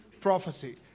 prophecy